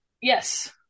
Yes